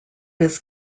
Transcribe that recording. his